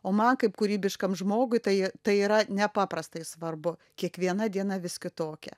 o man kaip kūrybiškam žmogui tai tai yra nepaprastai svarbu kiekviena diena vis kitokia